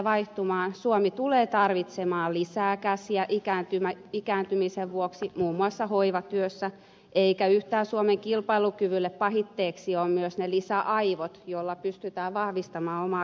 suomi tulee tarvitsemaan lisää käsiä ikääntymisen vuoksi muun muassa hoivatyössä eivätkä yhtään suomen kilpailukyvylle pahitteeksi ole myöskään ne lisäaivot joilla pystytään vahvistamaan omaa kilpailukykyä